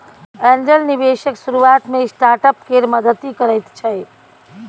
angel निबेशक शुरुआत मे स्टार्टअप केर मदति करैत छै